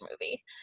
movie